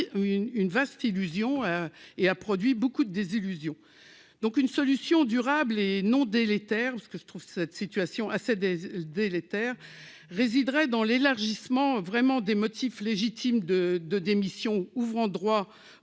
une vaste illusion et a produit beaucoup de désillusions, donc une solution durable et non des les Terres parce que je trouve cette situation assez des les délétère résiderait dans l'élargissement vraiment des motifs légitimes de de démission ouvrant droit au